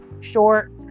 short